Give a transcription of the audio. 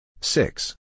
six